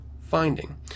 finding